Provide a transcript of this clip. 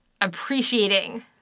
appreciating